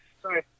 Sorry